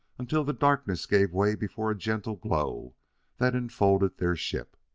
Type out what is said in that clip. until the darkness gave way before a gentle glow that enfolded their ship.